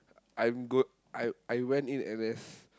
I'm go I I went in N_S